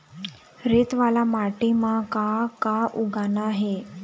रेत वाला माटी म का का उगाना ये?